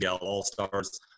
all-stars